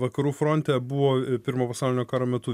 vakarų fronte buvo pirmo pasaulinio karo metu